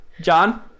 john